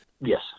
yes